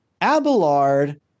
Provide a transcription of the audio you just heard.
Abelard